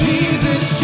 Jesus